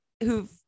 who've